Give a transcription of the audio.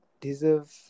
deserve